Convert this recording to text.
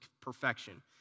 perfection